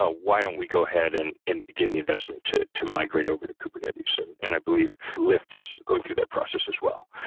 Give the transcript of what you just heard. ah why don't we go ahead and and begin the investment to to migrate over at kubernetes? and and i believe lyft is going through that process as well.